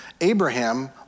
Abraham